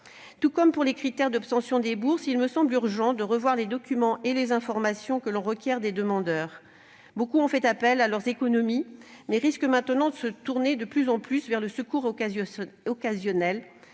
Tout comme pour les critères d'obtention des bourses, il me semble urgent de reconsidérer les documents et les informations à exiger des demandeurs ; beaucoup d'entre eux ont fait appel à leurs économies, mais ils risquent de se tourner de plus en plus vers le secours occasionnel.